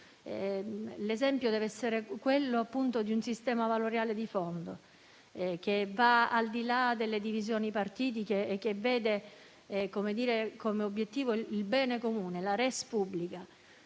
L'esempio deve essere quello di un sistema valoriale di fondo, che vada al di là delle divisioni partitiche e che veda come obiettivo il bene comune e la *res publica*,